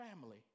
family